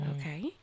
Okay